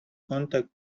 contact